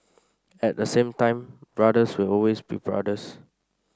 at the same time brothers will always be brothers